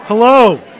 Hello